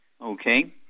Okay